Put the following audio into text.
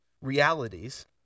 realities